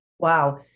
Wow